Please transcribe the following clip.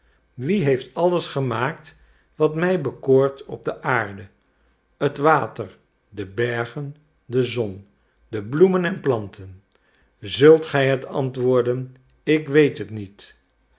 wie heeft alles gemaakt wat mij bekoort op de aarde het water de bergen de zon de bloemen en planten zult gij het antwoorden ik weet het niet